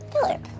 Philip